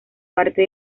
parte